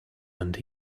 and